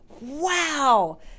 Wow